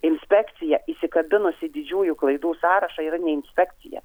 inspekcija įsikabinusi didžiųjų klaidų sąrašą yra ne inspekcija